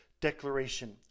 declaration